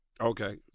Okay